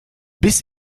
bis